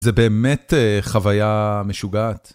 זה באמת חוויה משוגעת.